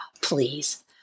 please